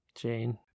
Jane